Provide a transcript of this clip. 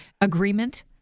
agreement